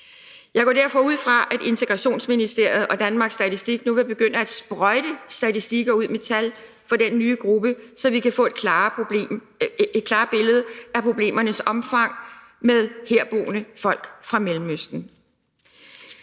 Jeg går derfor ud fra, at Integrationsministeriet og Danmarks Statistik nu vil begynde at sprøjte statistikker ud med tal for den nye gruppe, så vi kan få et klarere billede af problemernes omfang med herboende folk fra Mellemøsten.